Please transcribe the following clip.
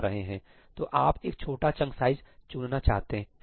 तो आप एक छोटा चंक साइज चुनना चाहते हैं